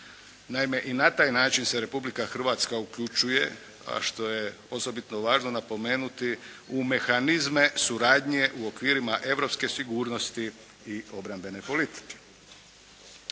Naime i na taj način se Republika Hrvatska uključuje, a što je osobito važno napomenuti u mehanizme suradnje u okvirima europske sigurnosti i obrambene politike.